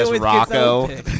Rocco